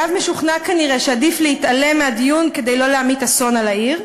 יהב משוכנע כנראה שעדיף להתעלם מהדיון כדי לא להמיט אסון על העיר.